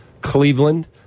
Cleveland